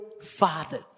father